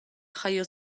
jaio